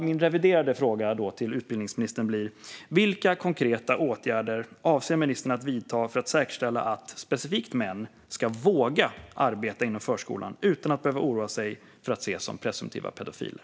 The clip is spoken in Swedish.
Min reviderade fråga till utbildningsministern blir: Vilka konkreta åtgärder avser ministern att vidta för att säkerställa att specifikt män ska våga arbeta inom förskolan utan att behöva oroa sig för att ses som presumtiva pedofiler?